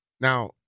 Now